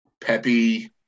peppy